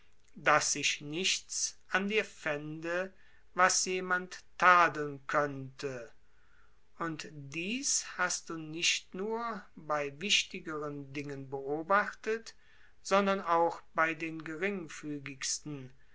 daß sich nichts an dir fände was jemand tadeln könnte und dies hast du nicht nur bei wichtigeren dingen beobachtet sondern auch bei den geringfügigsten